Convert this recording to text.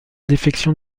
défections